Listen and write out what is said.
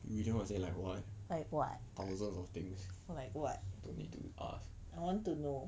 you want me to say like what thousands of things don't need to ask